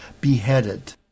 beheaded